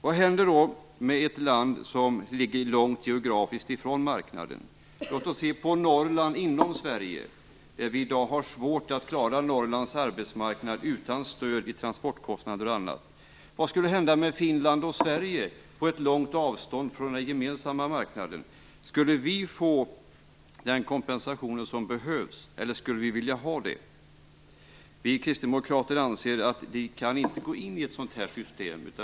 Vad händer då med ett land som geografiskt ligger långt från marknaden? Låt oss se på Norrland inom Sverige. Vi har i dag svårt att klara Norrlands arbetsmarknad utan stöd till transportkostnader och annat. Vad skulle hända med Finland och Sverige som ligger långt från den gemensamma marknaden? Skulle vi få den kompensationen som behövs? Skulle vi vilja ha det? Vi kristdemokrater anser att vi inte kan gå in i ett sådant här system.